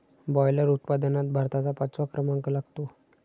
boiler उत्पादनात भारताचा पाचवा क्रमांक लागतो